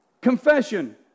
confession